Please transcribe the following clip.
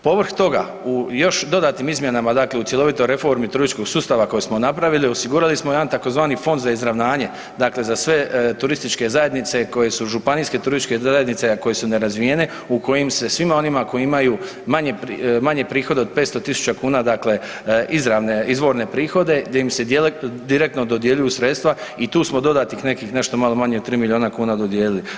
Povrh toga u još dodatnim izmjenama dakle u cjelovitoj reformi turističkog sustava koje smo napravili osigurali smo jedan tzv. fond za izravnanje dakle za sve turističke zajednice koje su županijske turističke zajednice, a koje su nerazvijene u kojim se svima onima koji imaju manje prihode od 500.000 kuna dakle izravne, izvorne prihode gdje im se direktno dodjeljuju sredstva i tu smo dodatnih nekih nešto malo manje od 3 miliona kuna dodijelili.